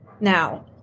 Now